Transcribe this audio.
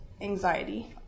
anxiety